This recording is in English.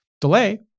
delay